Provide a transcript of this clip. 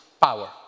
power